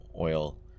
oil